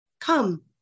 come